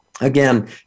again